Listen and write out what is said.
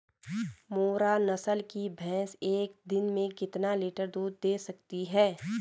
मुर्रा नस्ल की भैंस एक दिन में कितना लीटर दूध दें सकती है?